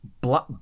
black